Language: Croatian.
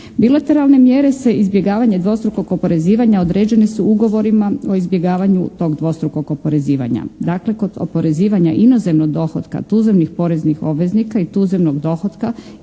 Bilateralne mjere se izbjegavanje dvostrukog oporezivanja određene su ugovorima o izbjegavanju tog dvostrukog oporezivanja. Dakle, kod oporezivanja inozemnog dohotka tuzemnih poreznih obveznika i tuzemnog dohotka